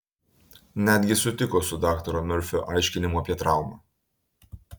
netgi sutiko su daktaro merfio aiškinimu apie traumą